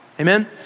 Amen